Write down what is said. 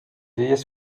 illes